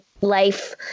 life